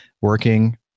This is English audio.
working